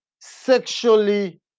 sexually